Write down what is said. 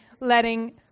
letting